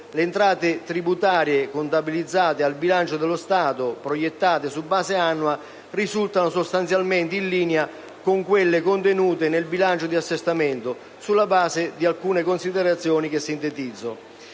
le entrate tributarie contabilizzate al bilancio dello Stato, proiettate su base annua, risultano sostanzialmente in linea con quelle contenute nel bilancio di assestamento, sulla base di alcune considerazioni che sintetizzo.